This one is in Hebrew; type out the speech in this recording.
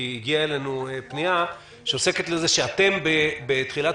כי הגיעה אלינו פנייה שעוסקת בזה שאתם בתחילת